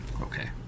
Okay